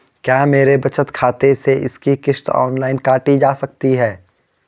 क्या मेरे बचत खाते से इसकी किश्त ऑनलाइन काटी जा सकती है?